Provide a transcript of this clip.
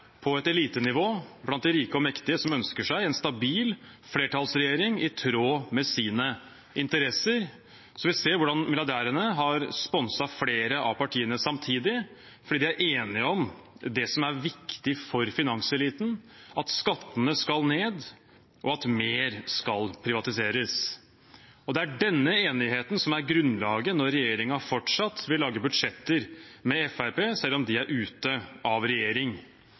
på elitenivå, blant de rike og mektige som ønsker seg en stabil flertallsregjering i tråd med sine interesser. Vi ser hvordan milliardærene har sponset flere av partiene samtidig fordi de er enige om det som er viktig for finanseliten – at skattene skal ned, og at mer skal privatiseres. Det er denne enigheten som er grunnlaget når regjeringen fortsatt vil lage budsjetter med Fremskrittspartiet selv om de er ute av regjering.